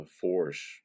force